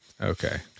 Okay